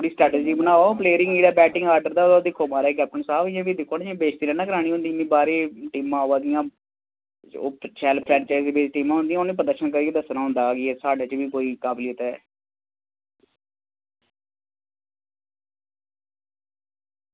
पूरी स्ट्रेटेजी बनाओ प्लेरे दा जेहड़ा बैटिंग आर्डर ओहदा दिक्खो महाराज इयां बेशती नेईं ना करानी होंदी इयां बाहरे दियां टीमां अवारदियां ओह् शैल फ्रेंचाइजिस दी टीमां होदियां उन्हें प्रदर्शन करी दस्सना होंदा कि साढ़े च बी कोई काबलियत ऐ